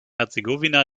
herzegowina